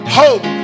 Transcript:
hope